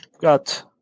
got